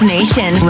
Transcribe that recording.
Nation